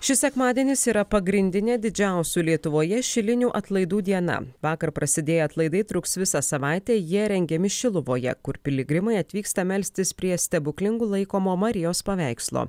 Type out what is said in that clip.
šis sekmadienis yra pagrindinė didžiausių lietuvoje šilinių atlaidų diena vakar prasidėję atlaidai truks visą savaitę jie rengiami šiluvoje kur piligrimai atvyksta melstis prie stebuklingu laikomo marijos paveikslo